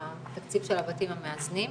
התקציב של הבתים המאזנים,